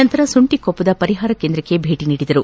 ನಂತರ ಸುಂಟಕೊಪ್ಪದ ಪರಿಹಾರ ಕೇಂದ್ರಕ್ಕೆ ಭೇಟಿ ನೀಡಿದರು